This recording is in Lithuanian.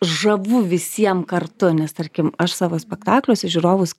žavu visiem kartu nes tarkim aš savo spektakliuose žiūrovus